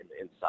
inside